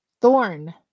thorn